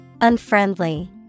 Unfriendly